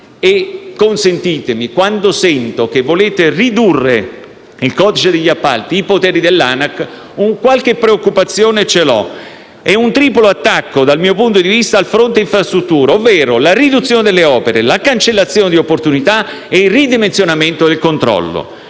E consentitemi: quando sento che volete ridurre il codice degli appalti e i poteri dell'ANAC, una qualche preoccupazione ce l'ho. È un triplo attacco, dal mio punto di vista, al fronte infrastrutture, ovvero la riduzione delle opere, la cancellazione di opportunità e il ridimensionamento del controllo.